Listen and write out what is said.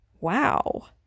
wow